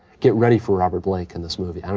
get ready for robert blake in this movie.